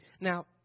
Now